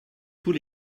tous